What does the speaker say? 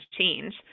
change